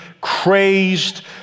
crazed